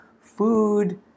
Food